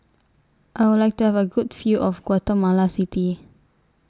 I Would like to Have A Good View of Guatemala City